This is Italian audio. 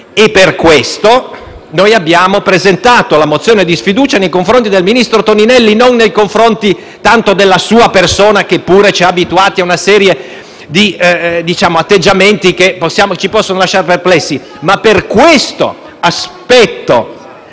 Per questo abbiamo presentato la mozione di sfiducia nei confronti del ministro Toninelli; non tanto nei confronti della sua persona, che pure ci ha abituati a una serie di atteggiamenti che ci possono lasciare perplessi, ma per questo aspetto